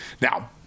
Now